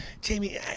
Jamie